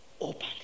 open